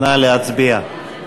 נא להצביע.